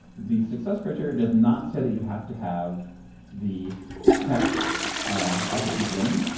the success criterion does not say that you have to have the text at the beginning.